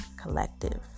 collective